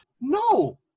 No